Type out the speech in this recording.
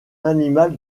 animal